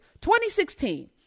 2016